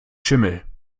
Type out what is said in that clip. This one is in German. schimmel